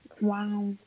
Wow